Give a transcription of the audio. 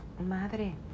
Madre